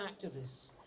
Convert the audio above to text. activists